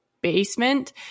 basement